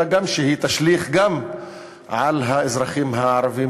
מה גם שהיא תשליך גם על האזרחים הערבים